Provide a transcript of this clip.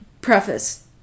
Preface